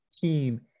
team